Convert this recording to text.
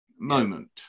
Moment